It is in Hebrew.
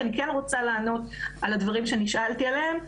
כי אני כן רוצה לענות על הדברים שנשאלתי עליהם,